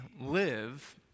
live